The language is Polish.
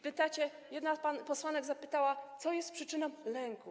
Pytacie, jedna z pań posłanek zapytała: Co jest przyczyną lęku?